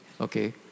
okay